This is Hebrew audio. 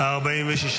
1299 לא נתקבלה.